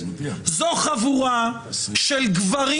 זו חבורה של גברים